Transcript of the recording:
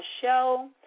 show